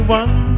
one